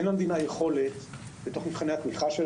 אין למדינה יכולת בתוך מבחני התמיכה הקיימים